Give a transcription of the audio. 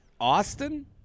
Austin